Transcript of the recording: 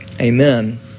Amen